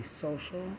social